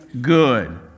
good